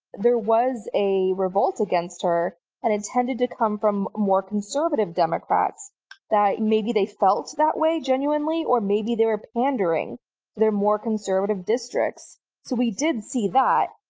there was a revolt against her and it tended to come from more conservative democrats that maybe they felt that way genuinely or maybe they were pandering to their more conservative districts. so we did see that.